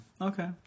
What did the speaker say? Okay